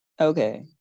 Okay